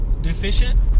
deficient